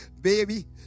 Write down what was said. baby